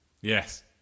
Yes